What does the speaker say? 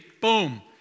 boom